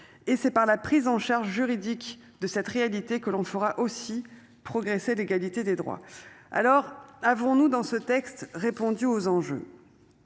Et c'est par la prise en charge juridique de cette réalité que l'on fera aussi progresser l'égalité des droits. Alors, avons-nous dans ce texte répondu aux anges.